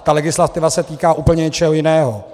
Ta legislativa se týká úplně něčeho jiného.